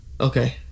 Okay